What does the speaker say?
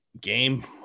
game